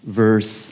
verse